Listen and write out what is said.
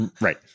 right